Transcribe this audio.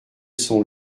son